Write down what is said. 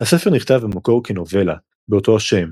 הספר נכתב במקור כנובלה באותו השם,